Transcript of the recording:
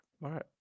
right